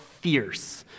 fierce